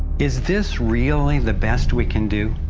is this really the best we can do?